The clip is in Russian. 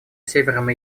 севером